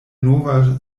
nova